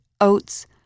oats